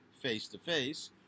face-to-face